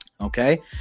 Okay